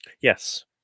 Yes